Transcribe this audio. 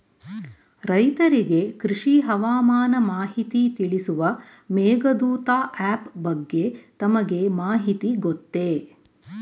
ರೈತರಿಗೆ ಕೃಷಿ ಹವಾಮಾನ ಮಾಹಿತಿ ತಿಳಿಸುವ ಮೇಘದೂತ ಆಪ್ ಬಗ್ಗೆ ತಮಗೆ ಮಾಹಿತಿ ಗೊತ್ತೇ?